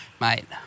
Mate